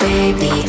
Baby